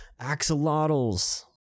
axolotls